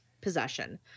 possession